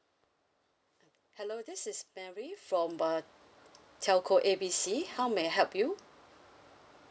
ah hello this is mary from uh telco A B C how may I help you